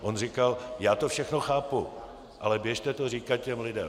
On říkal: Já to všechno chápu, ale běžte to říkat těm lidem!